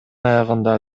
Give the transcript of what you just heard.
аягында